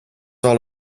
all